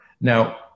Now